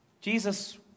Jesus